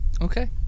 Okay